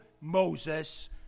Moses